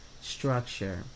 structure